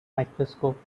microscope